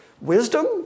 wisdom